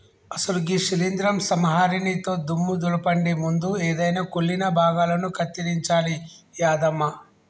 అసలు గీ శీలింద్రం సంహరినితో దుమ్ము దులపండి ముందు ఎదైన కుళ్ళిన భాగాలను కత్తిరించాలి యాదమ్మ